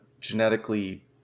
genetically